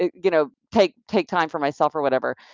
and you know take take time for myself or whatever,